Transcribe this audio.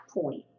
point